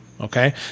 Okay